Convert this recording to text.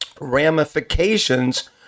ramifications